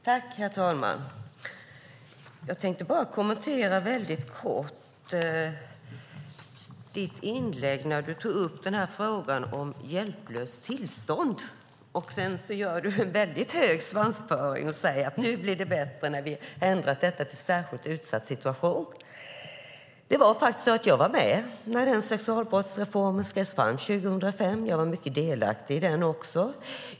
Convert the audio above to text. Herr talman! Jag tänkte kommentera ditt inlägg väldigt kort när du tog upp frågan om "hjälplöst tillstånd". Sedan har du väldigt hög svansföring och säger: Nu blir det bättre när vi ändrar detta till "särskilt utsatt situation". Jag var med när sexualbrottsreformen skrevs fram år 2005. Jag var också mycket delaktig i den.